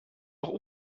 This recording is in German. auch